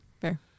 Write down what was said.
fair